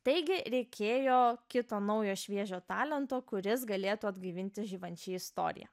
taigi reikėjo kito naujo šviežio talento kuris galėtų atgaivinti žibančią istoriją